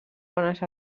bones